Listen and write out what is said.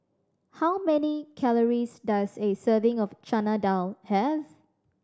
how many calories does a serving of Chana Dal have